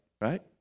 right